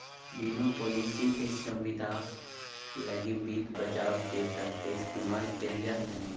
बीमा पालिसी के संविदा लगी वित्त बचाव के चलते इस्तेमाल कईल जा हइ